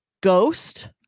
ghost